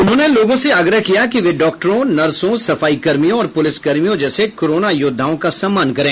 उन्होंने लोगों से आग्रह किया कि वे डॉक्टरों नर्सों सफाई कर्मियों और पुलिसकर्मियों जैसे कोरोना योद्धाओं का सम्मान करें